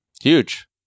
Huge